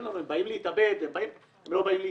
לנו: הם באים להתאבד - הם לא באים להתאבד,